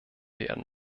werden